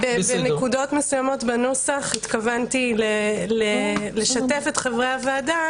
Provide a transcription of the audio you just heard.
בנקודות מסוימות בנוסח התכוונתי לשתף את חברי הוועדה,